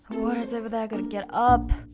whatever they're going to get up